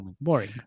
boring